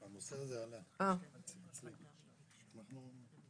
מנהלת אגף הרווחה בשירותים החברתיים בעיריית באר שבע.